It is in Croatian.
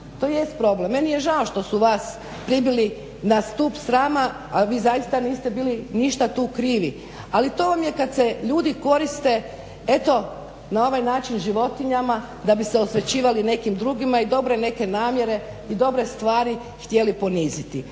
tj. problem. Meni je žao što su vas pribili na stup srama, a vi zaista niste bili ništa tu krivi, ali to vam je kad se ljudi koriste, eto na ovaj način životinjama da bi se osvećivali nekim drugima i dobro je neke namjere i dobre stvari htjeli poniziti.